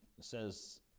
says